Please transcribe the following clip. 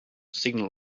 signal